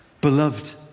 Beloved